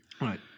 Right